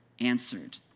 answered